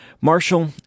Marshall